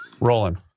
Rolling